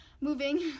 moving